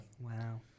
Wow